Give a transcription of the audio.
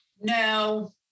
No